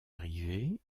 arrivée